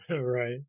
Right